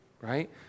Right